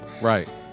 Right